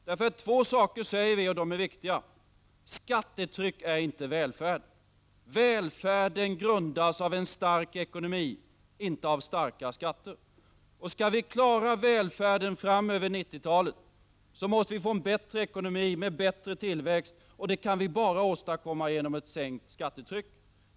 Vi säger i moderata samlingspartiet två saker som är viktiga: Skattetryck är inte välfärd — välfärden grundas av en stark ekonomi, inte av ett starkt skattetryck. Skall vi klara välfärden på 90-talet så måste vi få en bättre ekonomi med en bättre tillväxt, och det kan vi åstadkomma bara genom ett sänkt skattetryck.